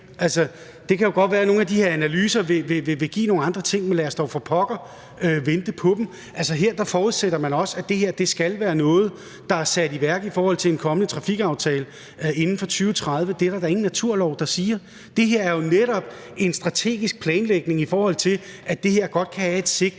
Det kan jo godt være, at nogle af de her analyser vil vise nogle andre ting, men lad os da for pokker vente på dem. Her forudsætter man også, at det her skal være noget, der i forbindelse med en kommende trafikaftale er sat i værk inden 2030. Det er der da ingen naturlov der siger. Det her er jo netop en strategisk planlægning, i forhold til at det godt kan have et sigte,